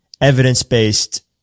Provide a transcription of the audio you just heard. evidence-based